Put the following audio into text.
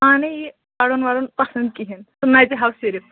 پانے یہِ پَرُن ورُن پَسنٛد کِہیٖنٛۍ سُہ نَژِ ہاو صِرف